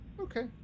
okay